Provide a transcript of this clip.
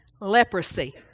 Leprosy